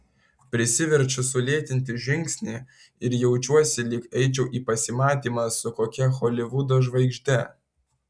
prisiverčiu sulėtinti žingsnį ir jaučiuosi lyg eičiau į pasimatymą su kokia holivudo žvaigžde